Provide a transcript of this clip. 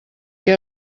què